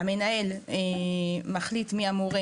המנהל מחליט מי המורה